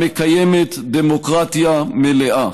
המקיימת דמוקרטיה מלאה.